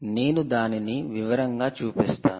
నేను దానిని వివరంగా చూపిస్తాను